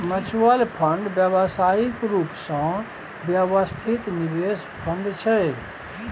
mutual fund व्यावसायिक रूप सँ व्यवस्थित निवेश फंड छै